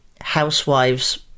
housewives